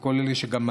וגם כל אלה שמאזינים.